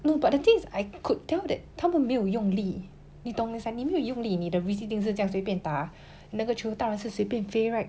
no but the thing is I could tell that 他们没有用力你懂你想你没有用力你的 visiting 是这样随便打那个球当然是随便飞 right